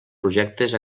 projectes